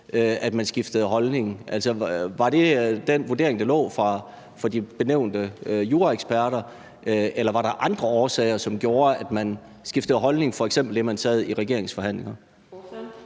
at man skiftede holdning. Var det den vurdering, der lå fra de benævnte juraeksperter, eller var der andre årsager, som gjorde, at man skiftede holdning, som f.eks. det, at man sad i regeringsforhandlinger?